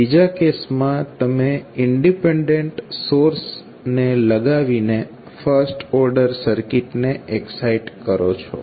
બીજા કેસમાં તમે ઇંડિપેંડંટ સોર્સને લગાવીને ફર્સ્ટ ઓર્ડર સર્કિટને એકસાઇટ કરો છો